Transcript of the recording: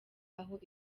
aho